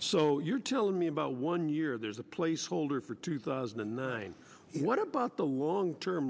so you're telling me about one year there's a placeholder for two thousand and nine what about the long term